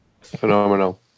Phenomenal